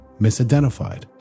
misidentified